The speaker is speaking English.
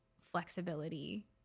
flexibility